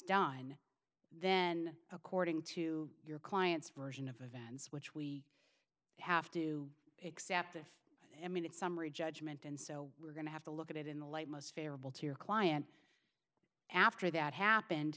done then according to your client's version of events which we have to accept if i mean in summary judgment and so we're going to have to look at it in the light most favorable to your client after that happened